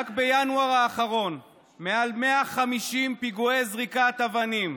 רק בינואר האחרון היו מעל 150 פיגועי זריקת אבנים,